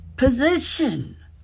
position